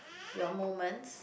your moments